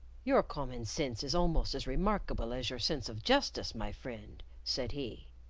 your common sense is almost as remarkable as your sense of justice, my friend, said he.